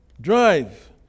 Drive